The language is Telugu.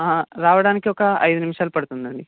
రావడానికి ఒక ఐదు నిముషాలు పడుతుంది అండి